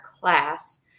class